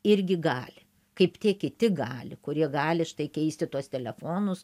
irgi gali kaip tie kiti gali kurie gali štai keisti tuos telefonus